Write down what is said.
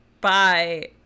bye